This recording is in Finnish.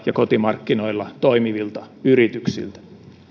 ja kotimarkkinoilla toimivilta yrityksiltä